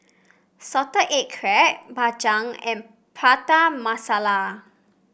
Salted Egg Crab Bak Chang and Prata Masala